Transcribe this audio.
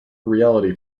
reality